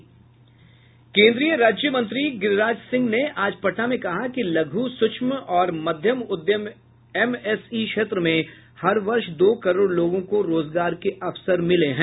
केन्द्रीय राज्य मंत्री गिरिराज सिंह ने आज पटना में कहा कि लघु सूक्ष्म और मध्यम उद्यम एमएसई क्षेत्र में हर वर्ष दो करोड़ लोगों को रोजगार के अवसर मिले हैं